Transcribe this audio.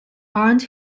earned